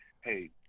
hey